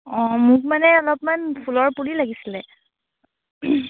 অঁ মোক মানে অলপমান ফুলৰ পুলি লাগিছিলে